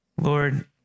Lord